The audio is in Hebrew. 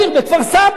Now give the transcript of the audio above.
בכפר-סבא.